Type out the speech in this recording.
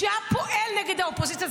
שהיה פועל נגד האופוזיציה,